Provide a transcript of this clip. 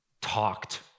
talked